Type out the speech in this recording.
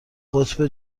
قطب